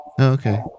Okay